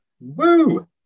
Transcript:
Woo